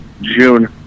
June